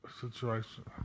situation